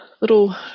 little